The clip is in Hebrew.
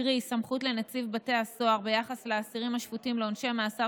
קרי סמכות לנציב בתי הסוהר ביחס לאסירים השפוטים לעונשי מאסר